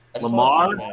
Lamar